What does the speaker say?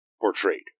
portrayed